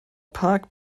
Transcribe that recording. park